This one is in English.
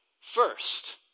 first